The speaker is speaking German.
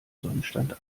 sonnenstand